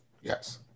Yes